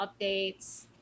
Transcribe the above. updates